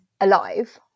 alive